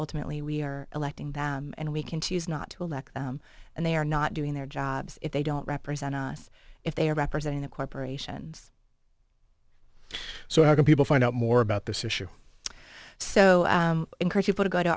ultimately we are electing them and we can choose not to elect and they are not doing their jobs if they don't represent us if they are representing the corporations so how can people find out more about this issue so encourage people to go to